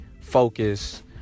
focus